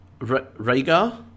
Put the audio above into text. Rhaegar